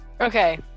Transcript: Okay